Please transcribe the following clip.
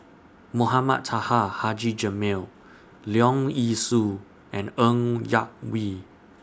Mohamed Taha Haji Jamil Leong Yee Soo and Ng Yak Whee